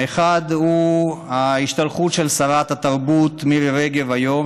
האחד הוא ההשתלחות של שרת התרבות מירי רגב היום,